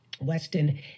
Weston